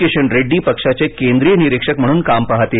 किशन रेड्डी पक्षाचे केंद्रीय निरीक्षक म्हणून काम पाहतील